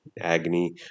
agony